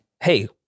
Hey